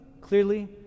clearly